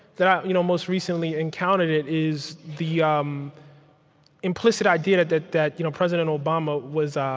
that i you know most recently encountered it is the um implicit idea that that you know president obama was ah